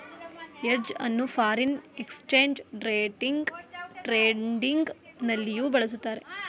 hedge ಅನ್ನು foreign exchange trading ನಲ್ಲಿಯೂ ಬಳಸುತ್ತಾರೆ